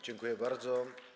Dziękuję bardzo.